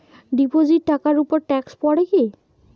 Deposit টাকার উপর tax পড়ে কি?